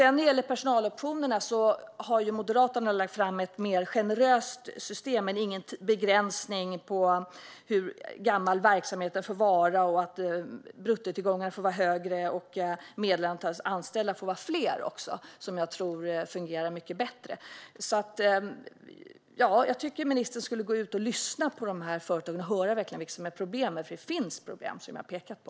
Vad gäller personaloptionerna har Moderaterna föreslagit ett mer generöst system, där det inte är någon begränsning för hur gammal verksamheten får vara, där bruttotillgångar får vara högre och där medelantalet anställda få vara högre. Jag tror att det skulle fungera bättre. Jag tycker att ministern ska lyssna på dessa företag och höra vilka problemen är, för det finns problem som jag har pekat på.